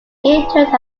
interred